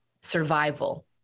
survival